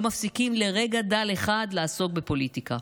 מפסיקים לרגע דל אחד לעסוק בפוליטיקה,